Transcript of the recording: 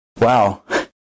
wow